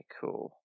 cool